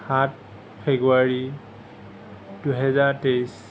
সাত ফেব্ৰুৱাৰী দুহেজাৰ তেইছ